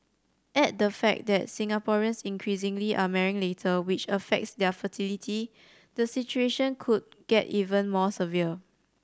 add the fact that Singaporeans increasingly are marrying later which affects their fertility the situation could get even more severe